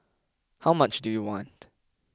how much do you want